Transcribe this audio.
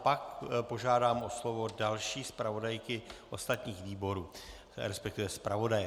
Pak požádám o slovo další zpravodajky ostatních výborů, respektive zpravodaje.